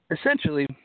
Essentially